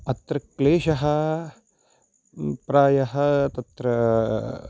अत्र क्लेशः प्रायः तत्र